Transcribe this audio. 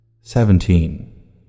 Seventeen